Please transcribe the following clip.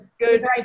good